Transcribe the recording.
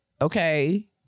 okay